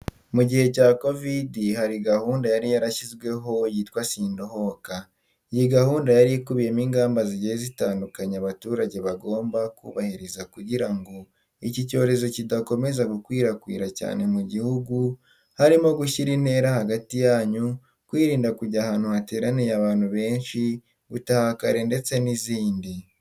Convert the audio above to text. Mu gihe cya kovidi hari gahunda yari yarashyizweho yitwa "sindohoka." Iyi gahunda yari ikubiyemo ingamba zigiye zitandukanye abaturage bagomba kubahiriza kugira ngo iki cyorezo kidakomeza gukwirakwira cyane mu gihugu harimo gushyira intera hagati yanyu, kwirinda kujya ahantu hateraniye abantu benshi, gutaha kare ndetse n'izindi.